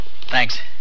Thanks